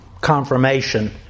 confirmation